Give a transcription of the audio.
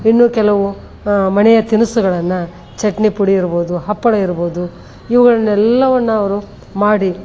ಇನ್ನು ಕೆಲವು ಮನೆಯ ತಿನಿಸುಗಳನ್ನು ಚಟ್ನಿ ಪುಡಿ ಇರ್ಬೋದು ಹಪ್ಪಳ ಇರ್ಬೋದು ಇವುಗಳನ್ನೆಲ್ಲವನ್ನು ಅವರು ಮಾಡಿ